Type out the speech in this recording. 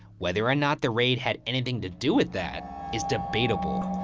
whether or not the raid had anything to do with that is debatable.